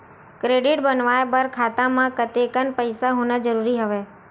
Credit बनवाय बर खाता म कतेकन पईसा होना जरूरी हवय?